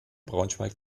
braunschweig